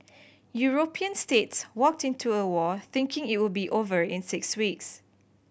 European states walked into a war thinking it will be over in six weeks